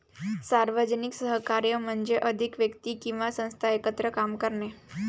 सार्वजनिक सहकार्य म्हणजे अधिक व्यक्ती किंवा संस्था एकत्र काम करणे